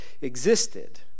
existed